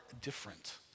different